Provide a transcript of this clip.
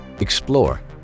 explore